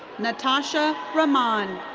natasha raman.